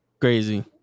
crazy